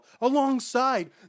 alongside